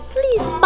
Please